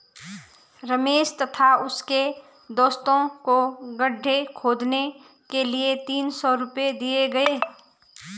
रमेश तथा उसके दोस्तों को गड्ढे खोदने के लिए तीन सौ रूपये दिए गए